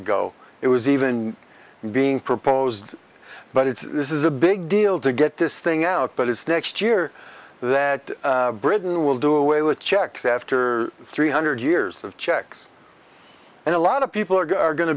ago it was even being proposed but it's this is a big deal to get this thing out but it's next year that britain will do away with checks after three hundred years of checks and a lot of people are go